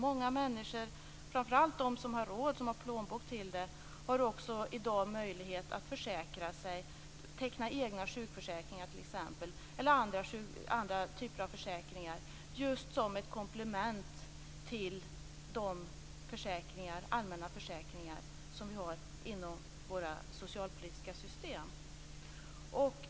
Många människor, framför allt de som har råd och som har plånbok till det, har också i dag möjlighet att teckna egna sjukförsäkringar eller andra typer av försäkringar, just som ett komplement till de allmänna försäkringar som vi har inom våra socialpolitiska system.